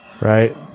right